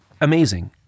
amazing